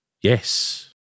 Yes